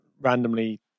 randomly